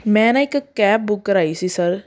ਮੈਂ ਨਾ ਇੱਕ ਕੈਬ ਬੁੱਕ ਕਰਵਾਈ ਸੀ ਸਰ